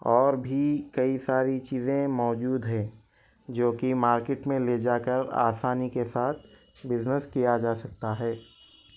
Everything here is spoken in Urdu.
اور بھی کئی ساری چیزیں موجود ہیں جو کہ مارکیٹ میں لے جا کر آسانی کے ساتھ بزنس کیا جا سکتا ہے